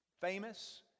famous